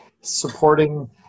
supporting